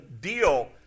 deal